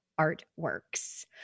Artworks